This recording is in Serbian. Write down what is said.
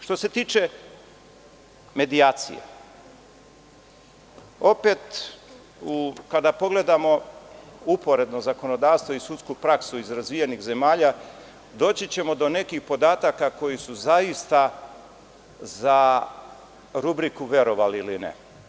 Što se tiče medijacije, opet kada pogledamo uporedno zakonodavstvo i sudsku praksu iz razvijenih zemalja, doći ćemo do nekih podataka koji su zaista za rubriku verovali ili ne.